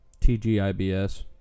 TGIBS